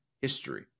history